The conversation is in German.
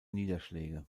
niederschläge